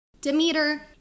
Demeter